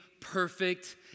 perfect